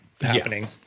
happening